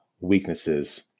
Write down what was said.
weaknesses